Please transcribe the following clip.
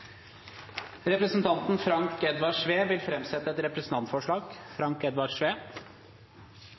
Representanten Frank Edvard Sve vil framsette et representantforslag.